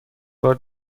بار